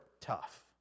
tough